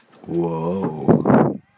Whoa